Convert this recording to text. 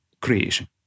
creation